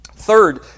Third